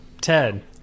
Ted